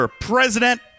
President